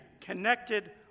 connected